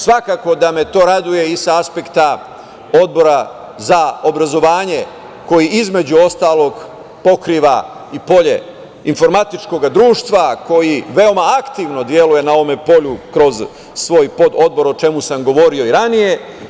Svakako da me to raduje i sa aspekta Odbora za obrazovanje koji, između ostalog, pokriva i polje informatičkog društva koji veoma aktivno deluje na ovom polju kroz svoj pododbor, o čemu sam govorio i ranije.